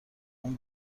اون